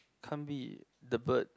can't be the bird